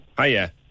Hiya